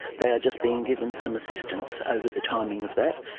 they are just being given some assistance over the timing of that,